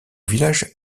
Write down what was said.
village